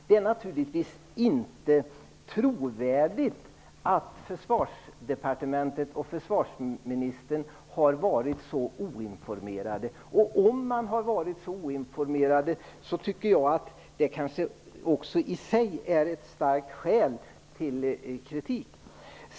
Det är naturligtvis inte trovärdigt att Försvarsdepartementet och försvarsministern har varit så oinformerade. Om man har varit det, tycker jag att detta kanske också i sig är ett starkt skäl för kritik.